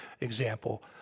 example